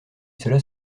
cela